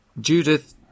judith